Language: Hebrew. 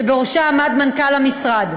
שבראשה עמד מנכ"ל המשרד.